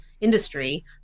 industry